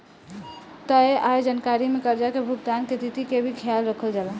तय आय जानकारी में कर्जा के भुगतान के तिथि के भी ख्याल रखल जाला